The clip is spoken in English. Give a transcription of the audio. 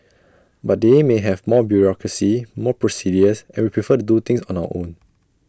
but they may have more bureaucracy more procedures and we prefer to do things on our own